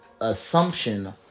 assumption